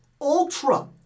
ultra